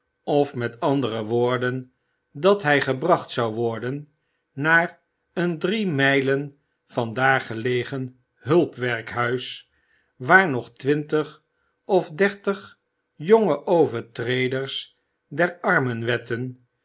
of met andere woorden dat hij gebracht zou worden naar een drie mijlen van daar gelegen hulp werkhuis waar nog twintig tot dertig jonge overtreders der